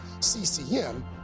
CCM